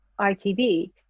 itv